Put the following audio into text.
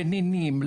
לנינים,